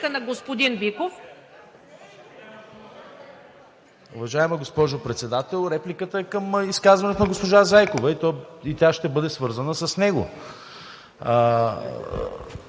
на господин Биков.